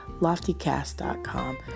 LoftyCast.com